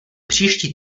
příští